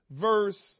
verse